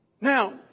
Now